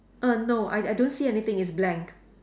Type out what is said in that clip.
err no I I don't see anything it's blank